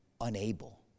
unable